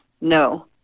no